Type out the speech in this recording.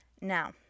now